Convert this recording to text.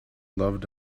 loved